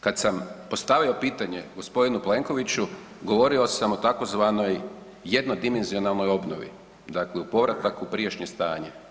Kad sam postavio pitanje g. Plenkoviću govorio sam o tzv. jednodimenzionalnoj obnovi, dakle u povratak u prijašnje stanje.